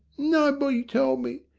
no body told me.